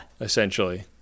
essentially